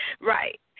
Right